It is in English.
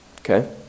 Okay